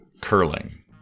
curling